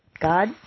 God